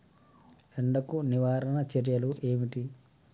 ఎండకు నివారణ చర్యలు ఏమిటి?